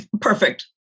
Perfect